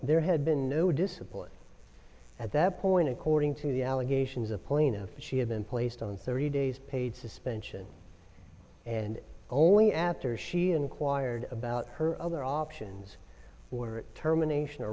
there had been no discipline at that point according to the allegations of plaintiff she had been placed on thirty days paid suspension and only after she inquired about her other options or terminations or